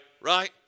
Right